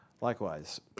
likewise